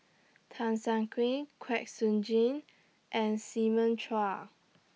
Tan Siak Cream Kwek Siew Jin and Simon Chua